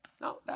no